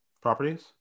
properties